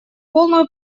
полную